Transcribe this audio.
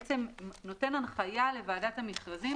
נותן הנחיה לוועדת המכרזים,